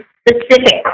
specific